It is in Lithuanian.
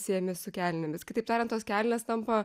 siejami su kelnėmis kitaip tariant tos kelnės tampa